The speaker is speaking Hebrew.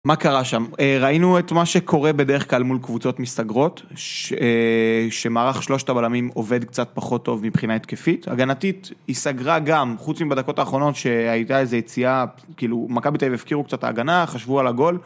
מה קרה שם? ראינו את מה שקורה בדרך כלל מול קבוצות מסתגרות שמערך שלושת הבלמים עובד קצת פחות טוב מבחינה התקפית הגנתית היא סגרה גם, חוץ מבדקות האחרונות שהייתה איזו יציאה כאילו, מכבי תל אביב הפקירו קצת ההגנה, חשבו על הגול